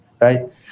right